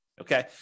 Okay